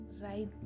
right